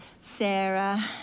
Sarah